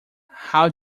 how